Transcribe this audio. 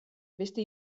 beste